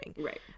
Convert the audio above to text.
Right